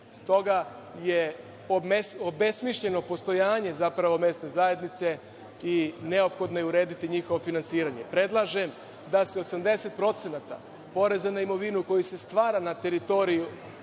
Stoga je obesmišljeno postojanje zapravo mesne zajednice i neophodno je urediti njihovo finansiranje. Predlažem da se 80% poreza na imovinu koji se stvara na teritoriji